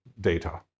data